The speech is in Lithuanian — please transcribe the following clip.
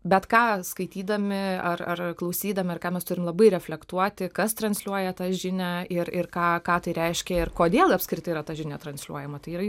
bet ką skaitydami ar ar klausydami ar ką mes turim labai reflektuoti kas transliuoja tą žinią ir ir ką ką tai reiškia ir kodėl apskritai yra ta žinia transliuojama tai yra